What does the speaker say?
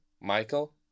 Michael